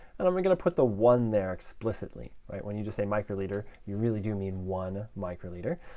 and i'm going to put the one there explicitly, right? when you just say microliter, you really do mean one microliter.